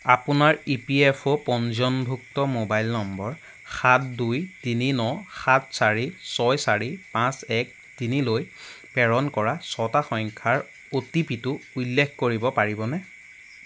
আপোনাৰ E P F O পঞ্জীয়নভুক্ত mobile number সাত দুই তিনি ন সাত চাৰি ছয় চাৰি পাঁচ এক তিনিলৈ প্ৰেৰণ কৰা ছটা সংখ্যাৰ অ' টি পি টো উল্লেখ কৰিব পাৰিবনে